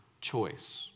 choice